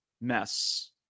mess